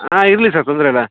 ಹಾಂ ಇರಲಿ ಸರ್ ತೊಂದರೆ ಇಲ್ಲ